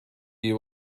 you